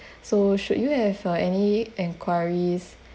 so should you have uh any enquiries